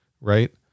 right